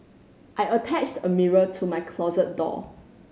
I attached a mirror to my closet door